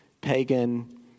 pagan